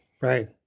Right